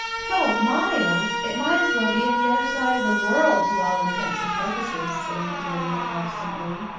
twelve miles! it might as well be at the other side of the world to all intents and purposes, said aunt olivia obstinately.